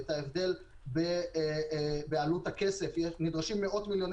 את ההבדל בעלות הכסף נדרשים מאות מיליוני